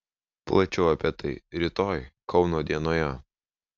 plačiau apie tai rytoj kauno dienoje